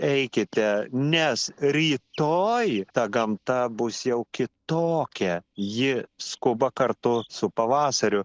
eikite nes rytoj ta gamta bus jau kitokia ji skuba kartu su pavasariu